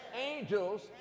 Angels